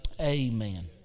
amen